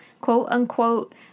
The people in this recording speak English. quote-unquote